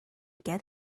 get